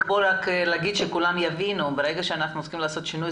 נאמר שכולם יבינו שברגע שאנחנו צריכים לעשות שינוי,